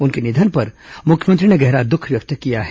उनके निधन पर मुख्यमंत्री ने गहरा दुख व्यक्त किया है